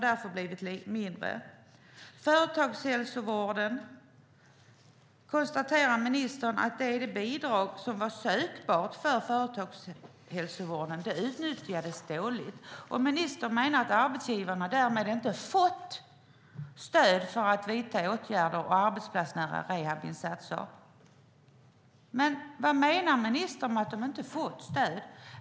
När det gäller företagshälsovården konstaterar ministern att det bidrag som var sökbart för företagshälsovården utnyttjades dåligt. Ministern menar att arbetsgivarna därmed inte fått stöd för att vidta åtgärder och arbetsplatsnära rehabiliteringsinsatser. Vad menar ministern med att de inte fått stöd?